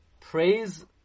praise